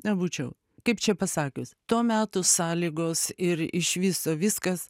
nebūčiau kaip čia pasakius to meto sąlygos ir iš viso viskas